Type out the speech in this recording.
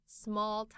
small